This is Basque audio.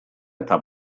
eta